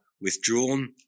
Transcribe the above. withdrawn